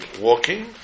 walking